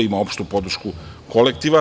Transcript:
Ima opštu podršku kolektiva.